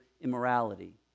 immorality